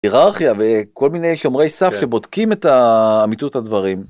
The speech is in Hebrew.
היררכיה וכל מיני שומרי סף שבודקים את אמיתות הדברים.